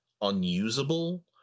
unusable